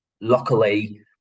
luckily